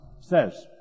says